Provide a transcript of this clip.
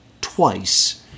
twice